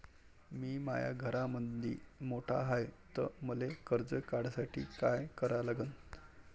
मी माया घरामंदी मोठा हाय त मले कर्ज काढासाठी काय करा लागन?